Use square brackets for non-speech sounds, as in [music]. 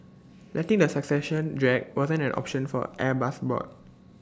[noise] letting the succession drag wasn't an option for Airbus's board